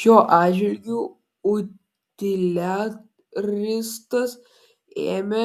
šiuo atžvilgiu utilitaristas iš